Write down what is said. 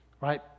right